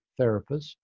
therapists